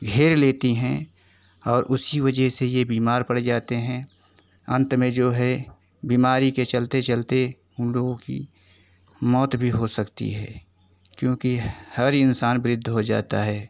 घेर लेती है और उसी वजह से यह बीमार बढ़ जाते हैं अंत में जो है बीमारी के चलते चलते उन लोगों की मौत भी हो सकती है क्योंके हर इंसान वृद्ध हो जाता है